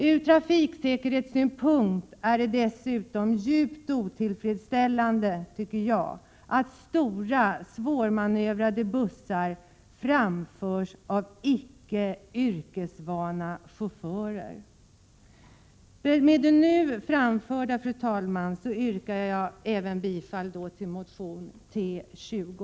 Från trafiksäkerhetssynpunkt är det dessutom djupt otillfredsställande, tycker jag, att stora svårmanövrerade bussar framförs av icke yrkesvana chaufförer. Med det nu framförda, fru talman, yrkar jag även bifall till motion T20.